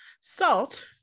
salt